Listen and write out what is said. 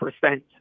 percent